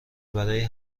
برای